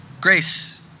Grace